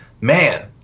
man